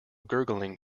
gurgling